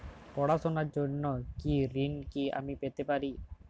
পড়াশোনা র জন্য কোনো ঋণ কি আমি পেতে পারি?